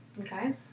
Okay